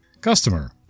Customer